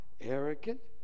arrogant